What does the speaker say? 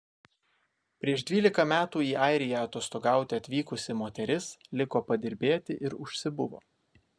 prieš dvylika metų į airiją atostogauti atvykusi moteris liko padirbėti ir užsibuvo